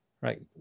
right